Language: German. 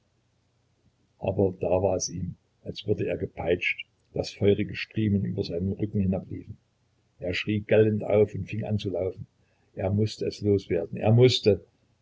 aber da war es ihm als würde er gepeitscht daß feurige striemen über seinen rücken hinabliefen er schrie gellend auf und fing an zu laufen er mußte es los werden er mußte